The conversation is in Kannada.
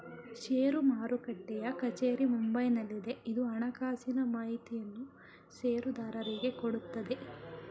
ಷೇರು ಮಾರುಟ್ಟೆಯ ಕಚೇರಿ ಮುಂಬೈನಲ್ಲಿದೆ, ಇದು ಹಣಕಾಸಿನ ಮಾಹಿತಿಯನ್ನು ಷೇರುದಾರರಿಗೆ ಕೊಡುತ್ತದೆ